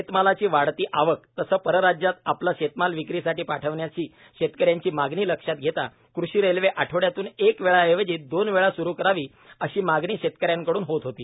शेतमालाची वाढती आवक तसेच परराज्यात आपला शेतमाल विक्रीसाठी पाठविण्याची शेतकश्यांची मागणी लक्षात घेता कृषिरेल्वे आठवड्यातून एक वेळाऐवजी दोनवेळा सुरु करावी अशी मागणी शेतकऱ्यांकड्न होत होती